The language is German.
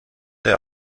der